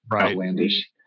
outlandish